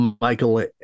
Michael